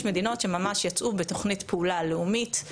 יש מדינות שממש יצאו בתוכנית פעולה לאומית.